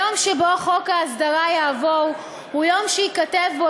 היום שבו חוק ההסדרה יעבור הוא יום שייכתב בו